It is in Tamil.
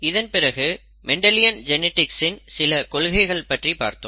இதன் பிறகு மெண்டலியன் ஜெனிடிக்ஸ் இன் சில கொள்கைகள் பற்றி பார்த்தோம்